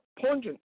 pungent